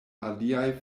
aliaj